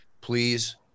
please